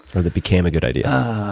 or that became a good idea?